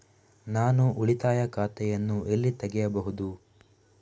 ನಾನು ಉಳಿತಾಯ ಖಾತೆಯನ್ನು ಎಲ್ಲಿ ತೆಗೆಯಬಹುದು?